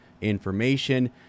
information